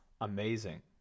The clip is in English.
amazing